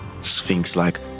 sphinx-like